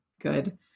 good